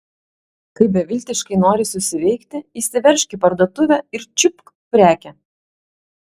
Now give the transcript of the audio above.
kai beviltiškai nori susiveikti įsiveržk į parduotuvę ir čiupk prekę